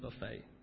buffet